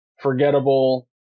forgettable